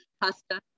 Pasta